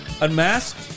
Unmasked